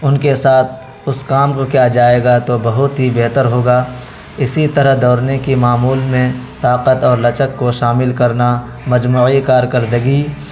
ان کے ساتھ اس کام کو کیا جائے گا تو بہت ہی بہتر ہوگا اسی طرح دوڑنے کی معمول میں طاقت اور لچک کو شامل کرنا مجموعی کارکردگی